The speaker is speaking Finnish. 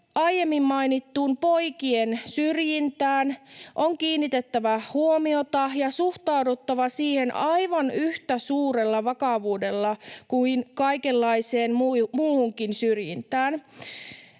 aiemmin mainittuun poikien syrjintään on kiinnitettävä huomiota ja suhtauduttava siihen aivan yhtä suurella vakavuudella kuin kaikenlaiseen muuhunkin syrjintään.